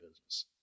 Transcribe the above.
business